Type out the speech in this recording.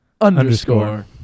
underscore